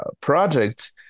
project